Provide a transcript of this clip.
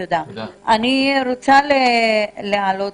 אני רוצה להעלות